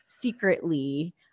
secretly